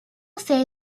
say